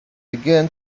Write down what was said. again